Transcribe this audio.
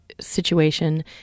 situation